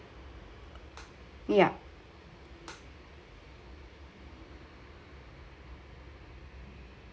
yeah